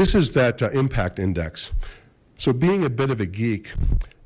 this is that impact index so being a bit of a geek